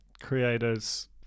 creators